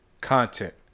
content